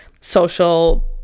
social